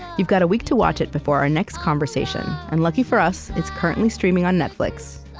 you've got a week to watch it before our next conversation, and lucky for us, it's currently streaming on netflix.